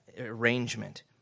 arrangement